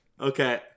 Okay